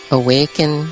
awaken